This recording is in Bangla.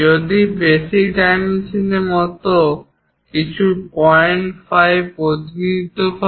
যদি বেসিক ডাইমেনশনের মত কিছু 5 প্রতিনিধিত্ব করে